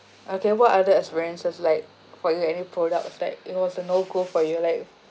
okay what other experiences like for you any product aspect it was a no go for you like